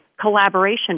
collaboration